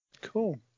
Cool